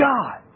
God